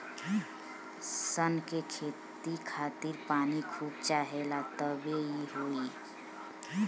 सन के खेती खातिर पानी खूब चाहेला तबे इ होई